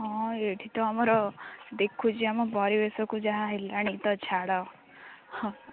ହଁ ଏଇଠି ତ ଆମର ଦେଖୁଛି ଆମ ପରିବେଶକୁ ଯାହା ହେଲାଣି ତ ଛାଡ଼ ହଁ